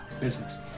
business